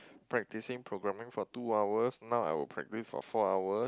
practicing programming for two hours now I will practice for four hours